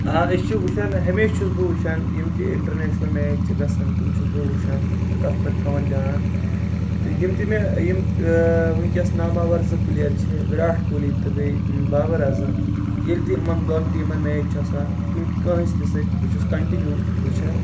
آ أسۍ چھ وٕچھان ہمیشہٕ چھُس بہٕ وٕچھان یِمہٕ تہِ اِنٹرنیشنل میچ چھ گژھان تِمہٕ چھُس بہٕ وٕچھان تہٕ تَتھ پٮ۪ٹھ تھاون دیٛان تہٕ یِم تہِ مےٚ یِم وُنکٮ۪س ناماوار زٕ پلیر چھ وِراٹھ کوہِلی تہٕ بیٚیہِ بابر اعظم ییٚلہِ تہِ یِمن دۄن میچ چھ آسان کُنۍ کأنٛسہِ تہِ سۭتۍ بہٕ چھُس کنٹِنیوٗ وٕچھان